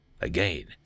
Again